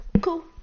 Cool